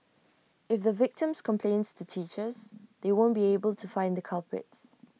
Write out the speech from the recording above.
if the victims complains to teachers they won't be able to find the culprits